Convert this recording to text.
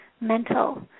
mental